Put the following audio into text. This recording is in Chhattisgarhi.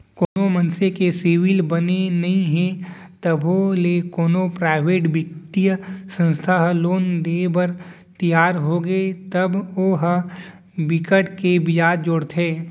कोनो मनसे के सिविल बने नइ हे तभो ले कोनो पराइवेट बित्तीय संस्था ह लोन देय बर तियार होगे तब ओ ह बिकट के बियाज जोड़थे